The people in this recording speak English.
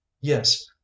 yes